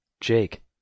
Jake